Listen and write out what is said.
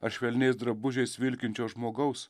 ar švelniais drabužiais vilkinčio žmogaus